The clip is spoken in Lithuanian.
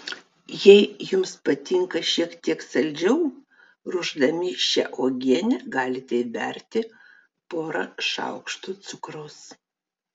jei jums patinka šiek tiek saldžiau ruošdami šią uogienę galite įberti porą šaukštų cukraus